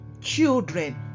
children